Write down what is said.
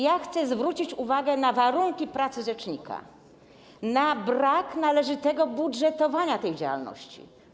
Ja chcę zwrócić uwagę na warunki pracy rzecznika, na brak należytego budżetowania tej działalności.